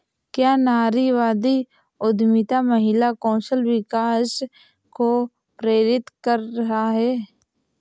क्या नारीवादी उद्यमिता महिला कौशल विकास को प्रेरित कर रहा है?